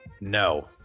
No